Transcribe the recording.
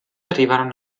arrivarono